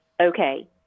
okay